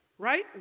Right